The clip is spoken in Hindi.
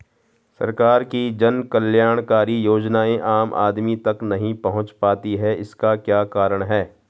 सरकार की जन कल्याणकारी योजनाएँ आम आदमी तक नहीं पहुंच पाती हैं इसका क्या कारण है?